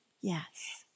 Yes